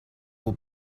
will